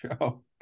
show